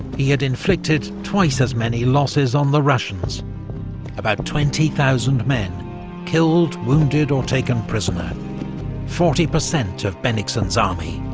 he had inflicted twice as many losses on the russians about twenty thousand men killed, wounded, or taken prisoner forty percent of bennigsen's army.